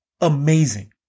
amazing